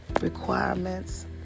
requirements